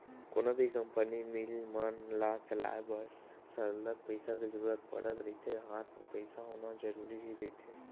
कोनो भी company, mill मन ल चलाय बर सरलग पइसा के जरुरत पड़त रहिथे हात म पइसा होना जरुरी ही रहिथे